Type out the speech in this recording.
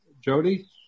Jody